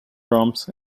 drums